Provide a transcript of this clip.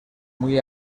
muy